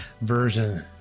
version